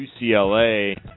UCLA